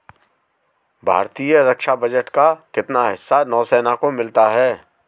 भारतीय रक्षा बजट का कितना हिस्सा नौसेना को मिलता है?